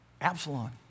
Absalom